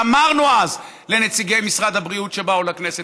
ואמרנו אז לנציגי משרד הבריאות שבאו לכנסת: